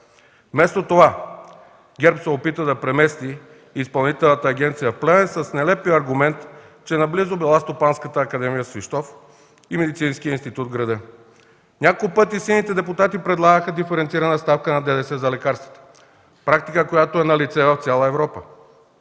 Вместо това ГЕРБ се опита да премести Изпълнителната агенция в Плевен с нелепия аргумент, че наблизо била Стопанската академия в Свищов и Медицинският институт в града. Няколко пъти сините депутати предлагаха диференцирана ставка на ДДС за лекарствата – практика, която е налице в цяла Европа